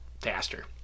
faster